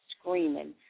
screaming